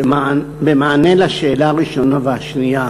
במענה על השאלה הראשונה והשנייה